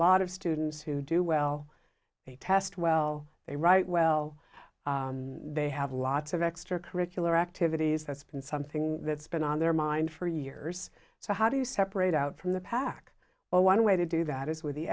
lot of students who do well and test well they write well they have lots of extra curricular activities that's been something that's been on their mind for years so how do you separate out from the pack well one way to do that is w